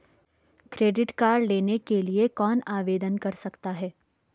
Credit card लेने के लिए कौन आवेदन कर सकता है?